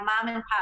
mom-and-pop